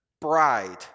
bride